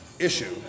issue